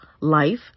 life